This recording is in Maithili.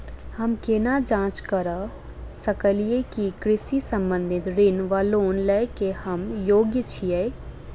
हम केना जाँच करऽ सकलिये की कृषि संबंधी ऋण वा लोन लय केँ हम योग्य छीयै?